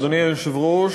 אדוני היושב-ראש,